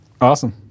Awesome